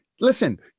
listen